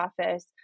office